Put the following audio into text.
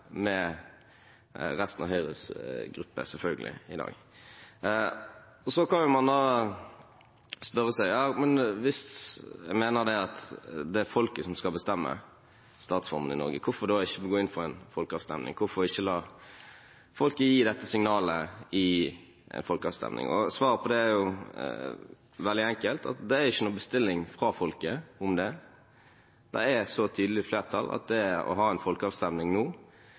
med resten av Høyres gruppe i dag, selvfølgelig. Så kan man da spørre seg: Hvis jeg mener at det er folket som skal bestemme statsformen i Norge – hvorfor ikke da gå inn for en folkeavstemning, hvorfor ikke la folket gi dette signalet i en folkeavstemning? Svaret på det er veldig enkelt: Det er ingen bestilling om det fra folket. Det er et så tydelig flertall at det å ha en folkeavstemning nå